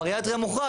הבריאטריה מוחרג,